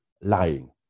lying